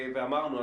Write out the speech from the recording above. ואמרנו,